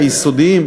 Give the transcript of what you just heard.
היסודיים,